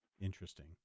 Interesting